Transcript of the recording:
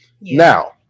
Now